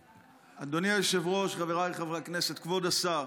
אדוני היושב-ראש, חבריי חברי הכנסת, כבוד השר,